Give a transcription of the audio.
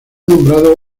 nombrado